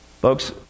Folks